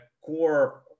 core